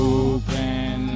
open